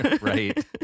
right